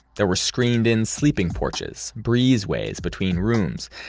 there were screened-in sleeping porches, breezeways between rooms,